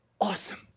awesome